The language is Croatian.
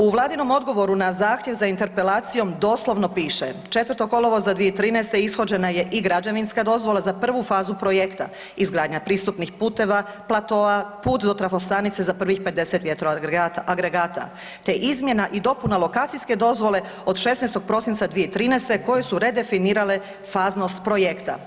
U Vladinom odgovoru na zahtjev za interpelacijom doslovno piše, 4. kolovoza 2013. ishođena je i građevinska dozvola za 1. fazu projekta, izgradnja pristupnih putova, platoa, put do trafostanice za prvih 50 vjetroagregata te izmjena i dopuna lokacijske dozvole od 16. prosinca 2013. koje su redefinirale faznost projekta.